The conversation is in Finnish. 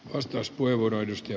arvoisa puhemies